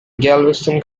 galveston